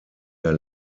der